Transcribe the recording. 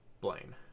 Blaine